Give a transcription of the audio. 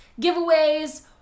giveaways